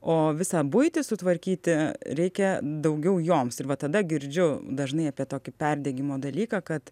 o visą buitį sutvarkyti reikia daugiau joms ir va tada girdžiu dažnai apie tokį perdegimo dalyką kad